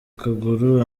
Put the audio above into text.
kaguru